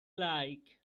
like